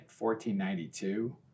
1492